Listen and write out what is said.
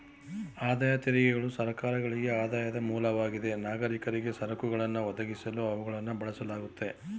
ಆದಾಯ ತೆರಿಗೆಗಳು ಸರ್ಕಾರಗಳ್ಗೆ ಆದಾಯದ ಮೂಲವಾಗಿದೆ ನಾಗರಿಕರಿಗೆ ಸರಕುಗಳನ್ನ ಒದಗಿಸಲು ಅವುಗಳನ್ನ ಬಳಸಲಾಗುತ್ತೆ